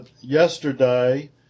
yesterday